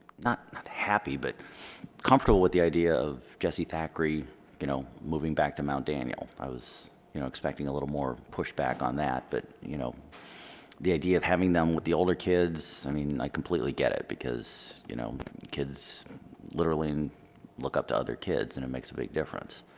not not happy but comfortable with the idea of jesse thackrey you know moving back to mt. daniel i was you know expecting a little more pushback on that but you know the idea of having them with the older kids i mean i completely get it because you know kids literally look up to other kids and it makes a big difference